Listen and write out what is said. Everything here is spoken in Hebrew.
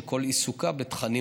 שכל עיסוקה בתכנים,